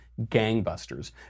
gangbusters